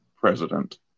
president